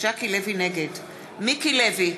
נגד מיקי לוי,